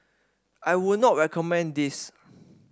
I would not recommend this